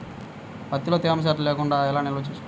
ప్రత్తిలో తేమ శాతం లేకుండా ఎలా నిల్వ ఉంచుకోవాలి?